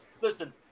listen